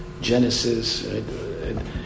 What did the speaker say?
Genesis